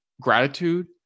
gratitude